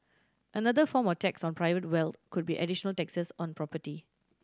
another form of tax on private wealth could be additional taxes on property